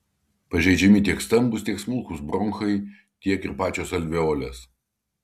pažeidžiami tiek stambūs tiek smulkūs bronchai tiek ir pačios alveolės